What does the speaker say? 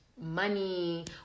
Money